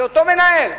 שאותו מנהל,